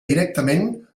directament